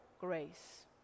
grace